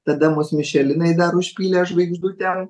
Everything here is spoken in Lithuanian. tada mus mišelinai dar užpylė žvaigždutėm